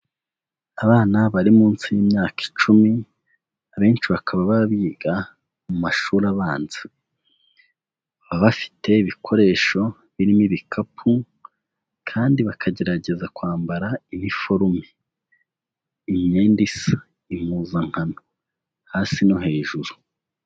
Abana bari munsi y'imyaka icumi, abenshi bakaba baba biga mu mashuri abanza, baba bafite ibikoresho birimo ibikapu kandi bakagerageza kwambara unforme, imyenda isa, impuzankano hasi no hejuru.